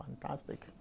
fantastic